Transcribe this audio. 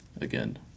again